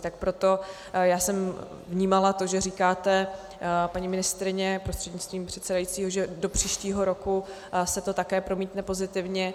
Tak proto já jsem vnímala to, že říkáte, paní ministryně prostřednictvím předsedajícího, že do příštího roku se to také promítne pozitivně.